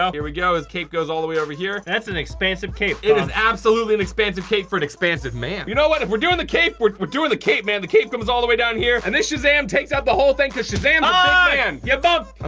um here we go, his cape goes all the way over here. that's an expansive cape, collins. it is absolutely an expansive cape for an expansive man. you know what, if we're doing the cape, we're we're doing the cape, man. the cape comes all the way down here, and this shazam takes up the whole thing, because shazam i mean yeah